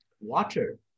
water